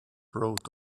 wrote